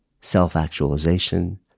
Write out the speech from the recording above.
self-actualization